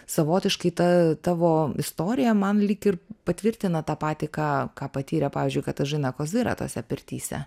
savotiškai ta tavo istorija man lyg ir patvirtina tą patį ką ką patyrė pavyzdžiui katažina kozira tose pirtyse